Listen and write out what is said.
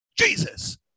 Jesus